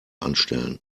anstellen